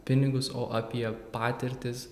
pinigus o apie patirtis